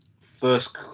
first